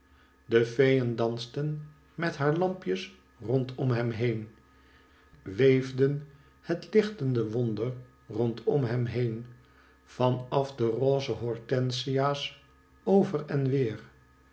de feeen dansten met haar lampjes rondom hem heen weefden het lichtende wonder rondom hem heen van af de roze hortensia's over en weer